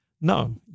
No